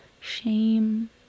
shame